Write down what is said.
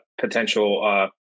potential